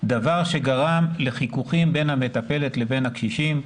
דבר שגרם לחיכוכים בין המטפלת לבין הקשישים,